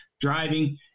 driving